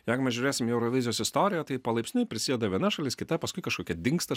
jeigu mes žiūrėsim į eurovizijos istoriją tai palaipsniui prisideda viena šalis kita paskui kažkokia dingsta